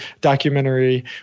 documentary